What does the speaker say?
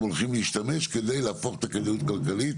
הולכים להשתמש כדי להפוך את הכדאיות הכלכלית